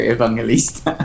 Evangelista